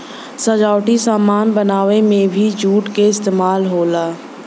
सजावटी सामान बनावे में भी जूट क इस्तेमाल होला